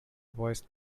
voice